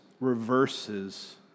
reverses